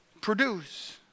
produce